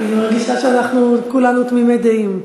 אני מרגישה שכולנו תמימי דעים.